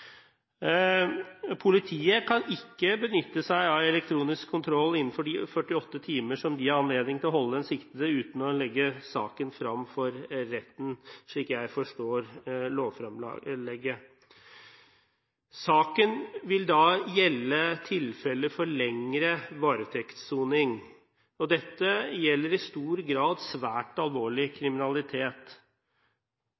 Politiet kan ikke benytte seg av elektronisk kontroll innenfor de 48 timer som de har anledning til å holde den siktede uten å legge saken frem for retten, slik jeg forstår lovframlegget. Saken vil da gjelde tilfeller med lengre varetektssoning, noe som i stor grad gjelder svært alvorlig